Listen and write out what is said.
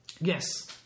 Yes